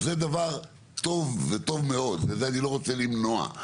זה דבר טוב מאוד ואת זה אני לא רוצה למנוע.